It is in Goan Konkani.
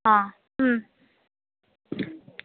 आ